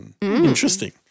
interesting